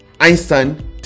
Einstein